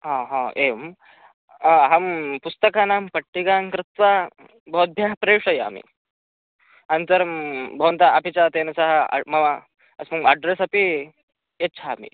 आ हा एवं अहं पुस्तकानां पट्टिकां कृत्वा भवद्भ्यः प्रेषयामि अनन्तरं भवन्तः अपि च तेन सह आम् अस्मिन् अड्रेस् अपि यच्छामि